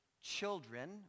children